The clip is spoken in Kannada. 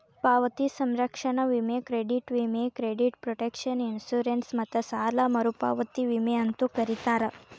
ಪಾವತಿ ಸಂರಕ್ಷಣಾ ವಿಮೆ ಕ್ರೆಡಿಟ್ ವಿಮೆ ಕ್ರೆಡಿಟ್ ಪ್ರೊಟೆಕ್ಷನ್ ಇನ್ಶೂರೆನ್ಸ್ ಮತ್ತ ಸಾಲ ಮರುಪಾವತಿ ವಿಮೆ ಅಂತೂ ಕರೇತಾರ